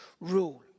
rule